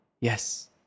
yes